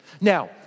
Now